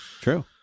true